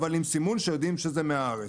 אבל עם סימון שיודעים שזה מהארץ.